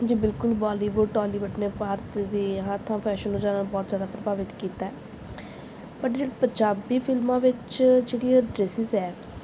ਜੀ ਬਿਲਕੁਲ Bollywood Tollywood ਨੇ ਭਾਰਤ ਦੀ ਹਰ ਥਾਂ ਫੈਸ਼ਨ ਨੂੰ ਜ਼ਿਆਦਾ ਬਹੁਤ ਜ਼ਿਆਦਾ ਪ੍ਰਭਾਵਿਤ ਕੀਤਾ ਬਟ ਜਿਹੜੇ ਪੰਜਾਬੀ ਫਿਲਮਾਂ ਵਿੱਚ ਜਿਹੜੀਆਂ ਡਰੈਸਿਸ ਹੈ